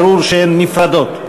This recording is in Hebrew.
ברור שהן נפרדות.